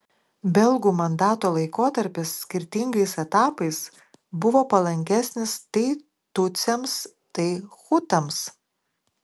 belgų mandato laikotarpis skirtingais etapais buvo palankesnis tai tutsiams tai hutams